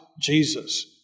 Jesus